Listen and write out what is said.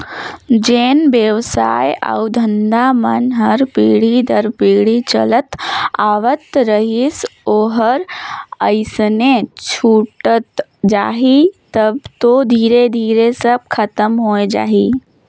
जेन बेवसाय अउ धंधा मन हर पीढ़ी दर पीढ़ी चलत आवत रहिस ओहर अइसने छूटत जाही तब तो धीरे धीरे सब खतम होए जाही